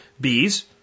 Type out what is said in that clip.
bees